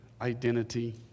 identity